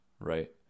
Right